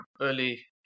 early